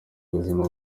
buzima